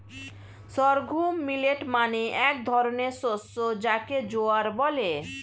sorghum millet মানে এক ধরনের শস্য যাকে জোয়ার বলে